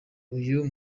uyu